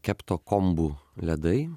keptokombu ledai